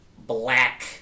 black